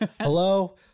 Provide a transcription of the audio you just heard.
hello